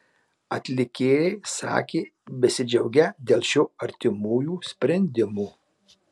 atlikėjai sakė besidžiaugią dėl šio artimųjų sprendimo